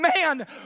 man